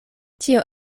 tio